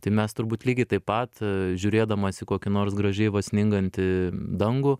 tai mes turbūt lygiai taip pat žiūrėdamas į kokį nors gražiai va sningantį dangų